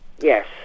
Yes